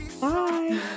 Bye